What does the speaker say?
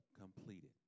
completed